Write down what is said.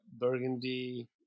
Burgundy